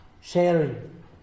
sharing